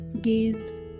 gaze